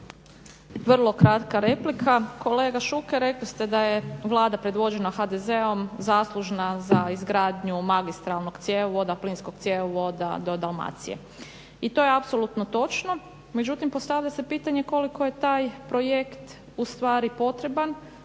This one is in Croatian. Vrlo kratka replika. Kolega Šuker, rekli ste da je Vlada predvođena HDZ-om zaslužna za izgradnju magistralnog cjevovoda, plinskog cjevovoda do Dalmacije i to je apsolutno točno. Međutim, postavlja se pitanje koliko je taj projekt ustvari potreban